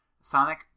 sonic